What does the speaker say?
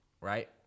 right